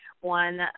one